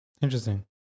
interesting